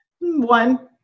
One